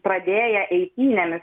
pradėję eitynėmis